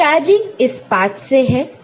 discharging इस पात से है